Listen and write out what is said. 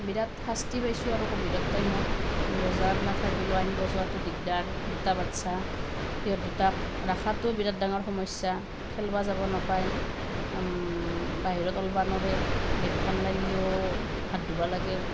বিৰাট শাস্তি পাইছোঁ আৰু ক'ভিডৰ টাইমত বজাৰ নাথাকিলেও আনিব যোৱাটো দিগদাৰ দুটা বাচ্ছা সিহঁত দুটাক ৰখাটোও বিৰাট ডাঙৰ সমস্যা খেলিব যাব নাপায় বাহিৰত ওলাব নোৱাৰে গেটখন লাৰিলেও হাত ধুব লাগে